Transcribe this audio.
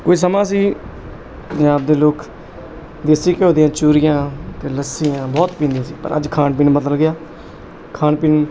ਕੋਈ ਸਮਾਂ ਸੀ ਪੰਜਾਬ ਦੇ ਲੋਕ ਦੇਸੀ ਘਿਓ ਦੀਆਂ ਚੂਰੀਆਂ ਅਤੇ ਲੱਸੀਆਂ ਬਹੁਤ ਪੀਂਦੇ ਸੀ ਪਰ ਅੱਜ ਖਾਣ ਪੀਣ ਬਦਲ ਗਿਆ ਖਾਣ ਪੀਣ